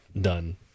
Done